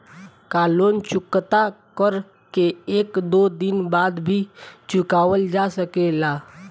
का लोन चुकता कर के एक दो दिन बाद भी चुकावल जा सकेला?